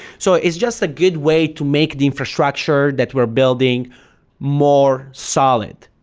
so it's just a good way to make the infrastructure that we're building more solid.